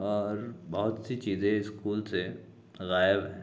اور بہت سی چیزیں اسکول سے غائب ہیں